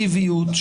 פרוגרסיביות,